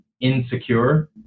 insecure